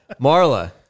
Marla